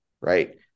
right